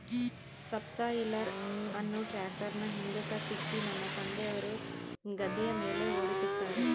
subsoiler ಅನ್ನು ಟ್ರ್ಯಾಕ್ಟರ್ನ ಹಿಂದುಕ ಸಿಕ್ಕಿಸಿ ನನ್ನ ತಂದೆಯವರು ಗದ್ದೆಯ ಮೇಲೆ ಓಡಿಸುತ್ತಾರೆ